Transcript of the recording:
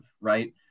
right